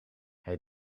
hij